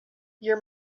your